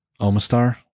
Omastar